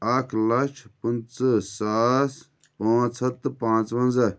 اَکھ لچھ پنٛژٕہ ساس پانٛژھ ہَتھ تہٕ پانٛژونزہ